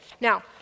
Now